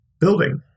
building